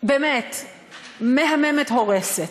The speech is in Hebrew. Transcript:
באמת מהממת הורסת.